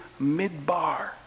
midbar